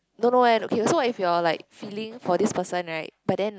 don't know eh okay so what if your like feeling for this person right but then